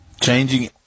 changing